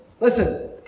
Listen